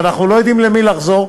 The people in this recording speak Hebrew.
כי אנחנו לא יודעים למי לחזור.